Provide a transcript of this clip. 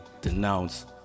denounce